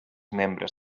membres